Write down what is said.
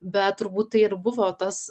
bet turbūt tai ir buvo tas